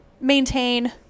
maintain